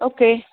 okay